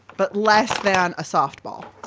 but less than a softball.